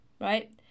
right